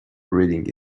reading